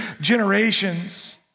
generations